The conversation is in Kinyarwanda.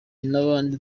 n’abandi